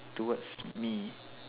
towards me